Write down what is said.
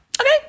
Okay